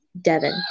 Devon